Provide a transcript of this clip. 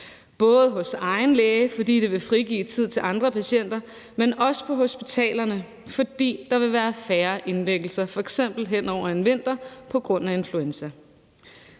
både hos egen læge, fordi det vil frigive tid til andre patienter, men også på hospitalerne, fordi der vil være færre indlæggelser, f.eks. hen over en vinter på grund af influenza.